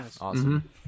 Awesome